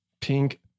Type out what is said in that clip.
pink